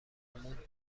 موند